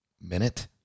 minute